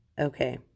Okay